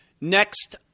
Next